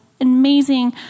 Amazing